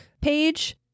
page